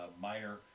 minor